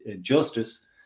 justice